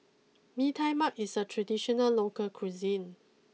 Bee Tai Mak is a traditional local cuisine